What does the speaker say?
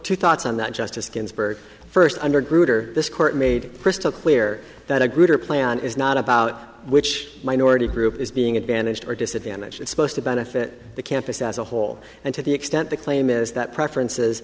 to thoughts on that justice ginsburg first under group or this court made crystal clear that a greater plan is not about which minority group is being advantage or disadvantage it's supposed to benefit the campus as a whole and to the extent the claim is that preferences